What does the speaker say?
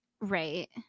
Right